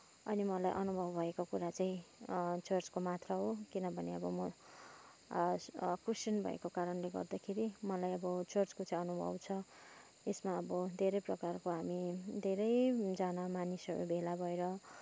अनि मलाई अनुभव भएको कुरा चाहिँ चर्चको मात्र हो किनभने अब म क्रिस्चियन भएको कारणले गर्दाखेरि मलाई अब चर्चको चाहिँ अनुभव छ यसमा अब धेरै प्रकारको हामी धेरैजना मानिसहरू भेला भएर